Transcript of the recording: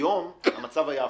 היום המצב היה הפוך,